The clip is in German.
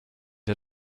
der